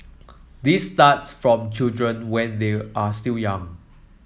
this starts from children when they are still young